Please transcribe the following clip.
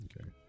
Okay